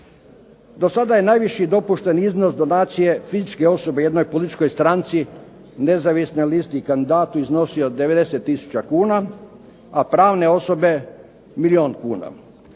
Do sada je najviši dopušteni iznos donacije fizičke osobe jednoj političkoj stranci, nezavisnoj listi i kandidatu iznosio 90 tisuća kuna, a pravne osobe milijun kuna.